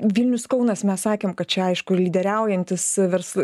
vilnius kaunas mes sakėm kad čia aišku lyderiaujantys versl